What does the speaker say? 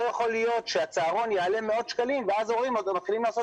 לא יכול להיות שהצהרון יעלה מאות שקלים ואז הורים מתחילים לעשות